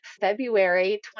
February